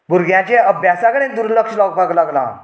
भुरग्याचें अभ्यासा कडेन दुर्लक्ष जावपाक लागलां